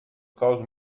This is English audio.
cause